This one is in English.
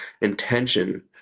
intention